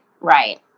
Right